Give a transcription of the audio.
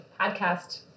podcast